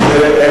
זה העניין.